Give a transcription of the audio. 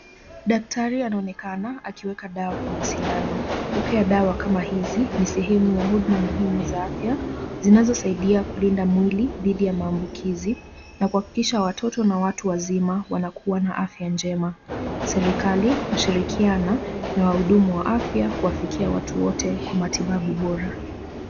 Daktari anaonekana akiweka dawa kwenye sindano. Kupokea dawa kama hizi ni sehemu ya huduma muhimu za afya zinazosaidia kulinda mwili dhidi ya maambukizi na kuhakikisha watoto na watu wazima wanakuwa na afya njema. Serikali hushirikiana na wahudumu wa afya kuwafikia watu wote kwa matibabu bora.